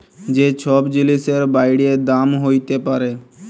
যে ছব জিলিসের বাইড়ে দাম হ্যইতে পারে